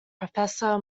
professor